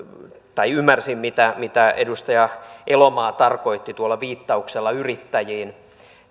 ymmärsin mitä mitä edustaja elomaa tarkoitti tuolla viittauksella yrittäjiin